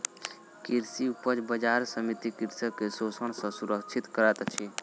कृषि उपज बजार समिति कृषक के शोषण सॅ सुरक्षित करैत अछि